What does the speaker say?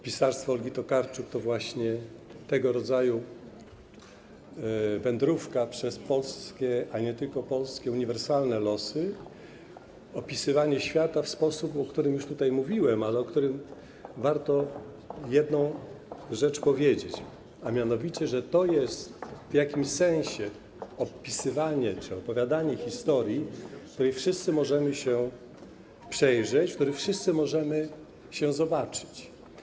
Pisarstwo Olgi Tokarczuk to właśnie tego rodzaju wędrówka przez polskie i nie tylko polskie, uniwersalne losy, opisywanie świata w sposób, o którym już tutaj mówiłem, ale o którym warto jedną rzecz powiedzieć, a mianowicie że to jest w jakimś sensie opisywanie czy opowiadanie historii, w której wszyscy możemy się przejrzeć, w której wszyscy możemy się zobaczyć.